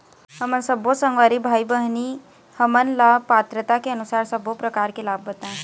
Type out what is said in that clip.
हमन सब्बो संगवारी भाई बहिनी हमन ला पात्रता के अनुसार सब्बो प्रकार के लाभ बताए?